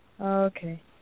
Okay